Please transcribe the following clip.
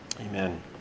Amen